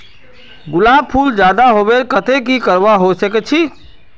गुलाब फूल ज्यादा होबार केते की करवा सकोहो ही?